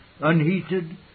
unheated